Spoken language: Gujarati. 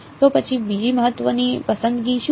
તો પછી બીજી મહત્વની પસંદગી શું છે